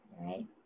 Right